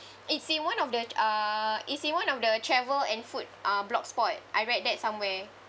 it's in one of the uh it's in one of the travel and food uh blog spot I read that somewhere